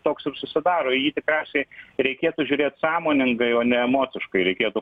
toks ir susidaro jį tikriausiai reikėtų žiūrėt sąmoningai o ne emociškai reikėtų